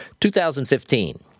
2015